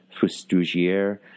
Fustugier